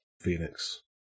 phoenix